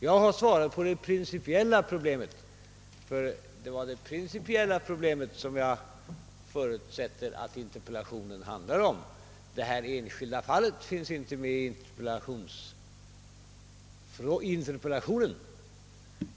Jag har svarat beträffande det principiella problemet, ty jag förutsätter att det är det principiella problemet som interpellationen handlar om. Det enskilda fallet finns inte med i interpellationen.